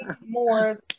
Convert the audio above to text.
more